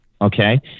Okay